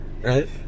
right